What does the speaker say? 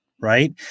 Right